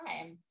time